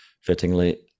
fittingly